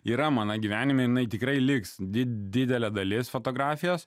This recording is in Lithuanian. yra mano gyvenime jinai tikrai liks didelė dalis fotografijos